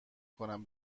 کنم